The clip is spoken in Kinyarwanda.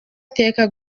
iteka